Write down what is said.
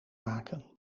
maken